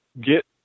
get